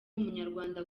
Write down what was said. umunyarwanda